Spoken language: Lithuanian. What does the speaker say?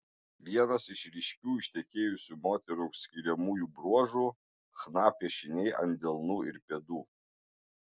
vienas iš ryškių ištekėjusių moterų skiriamųjų bruožų chna piešiniai ant delnų ir pėdų